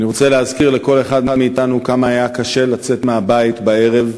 אני רוצה להזכיר לכל אחד מאתנו כמה היה קשה לצאת מהבית בערב,